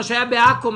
מה שהיה בעכו,